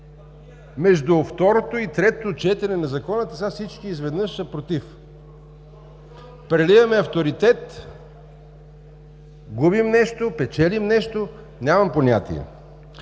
между второто и третото четене на Закона, че сега всички изведнъж са против? Преливаме авторитет, губим нещо, печелим нещо… Нямам понятие.